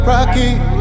Rocky